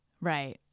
right